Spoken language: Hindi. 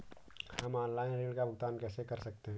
हम ऑनलाइन ऋण का भुगतान कैसे कर सकते हैं?